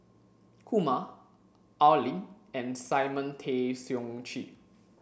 Kumar Al Lim and Simon Tay Seong Chee